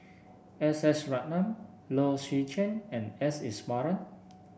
S S Ratnam Low Swee Chen and S Iswaran